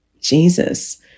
Jesus